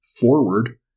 forward